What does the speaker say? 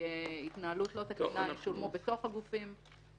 התנהלות לא תקינה ישולמו בתוך הגופים.